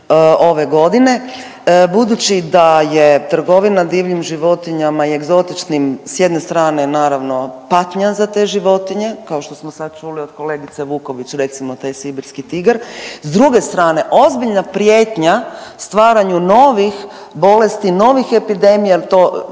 ove godine. Budući da je trgovina divljim životinjama i egzotičnim s jedne strane naravno patnja za te životinje, kao što smo sad čuli od kolegice Vuković recimo taj sibirski tigar. S druge strane ozbiljna prijetnja stvaranju novih bolesti, novih epidemija